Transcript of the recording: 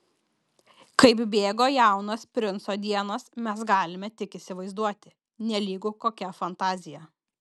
kaip bėgo jaunos princo dienos mes galime tik įsivaizduoti nelygu kokia fantazija